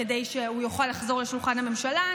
כדי שהוא יוכל לחזור לשולחן הממשלה,